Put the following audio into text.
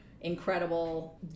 incredible